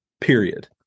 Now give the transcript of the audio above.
Period